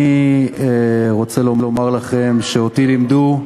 אני רוצה לומר לכם שאותי לימדו,